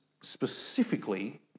specifically